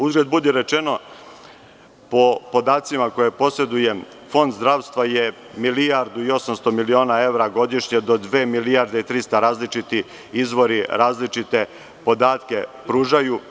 Uzgred budi rečeno, po podacima koje posedujem, Fond zdravstva je milijardu i 800 miliona evra godišnje do dve milijarde 300, različiti izvori različite podatke pružaju.